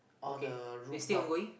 okay it's still on going